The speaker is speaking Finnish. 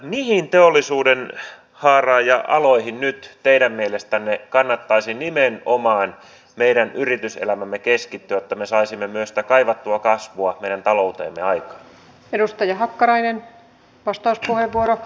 mihin teollisuudenhaaraan ja aloihin nyt teidän mielestänne kannattaisi nimenomaan meidän yrityselämämme keskittyä jotta me saisimme myös sitä kaivattua kasvua meidän talouteemme aikaan